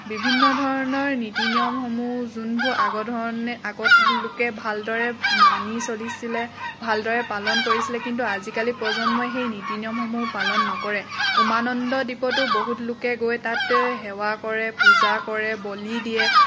ৰ্বিভিন্ন ধৰণৰ নীতি নিয়মসমূহ যোনবোৰ আগৰ ধৰণে আগত লোকে ভালদৰে মানি চলিছিলে ভালদৰে পালন কৰিছিলে কিন্তু আজিকালি প্ৰজন্মই সেই নীতি নিয়মসমূহ পালন নকৰে উমানন্দ দ্বীপতো বহুত লোকে গৈ তাতে সেৱা কৰে পূজা কৰে বলি দিয়ে